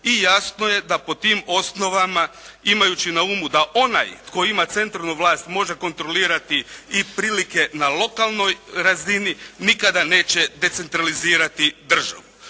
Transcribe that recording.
I jasno je da po tim osnovama imajući na umu da onaj tko ima centralnu vlast može kontrolirati i prilike na lokalnoj razini nikada neće decentralizirati državu.